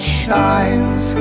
shines